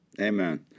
Amen